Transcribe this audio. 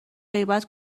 غیبت